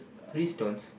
three stones